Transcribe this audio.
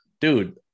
dude